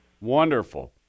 Wonderful